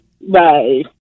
Bye